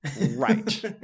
Right